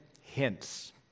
hints